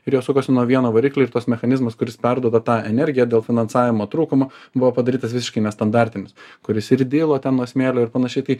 ir jos sukosi nuo vieno variklio ir tas mechanizmas kuris perduoda tą energiją dėl finansavimo trūkumo buvo padarytas visiškai nestandartinis kuris ir dilo ten nuo smėlio ir panašiai tai